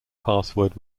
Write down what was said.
password